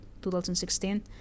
2016